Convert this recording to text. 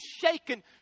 shaken